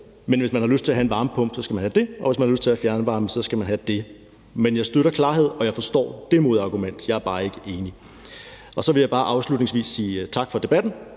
gaden. Hvis man har lyst til at have en varmepumpe, skal man have det, og hvis man har lyst til at have fjernvarme, så skal man have det. Men jeg støtter klarhed, og jeg forstår det modargument; jeg er bare ikke enig. Så vil jeg bare afslutningsvis sige tak for debatten,